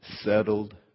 settled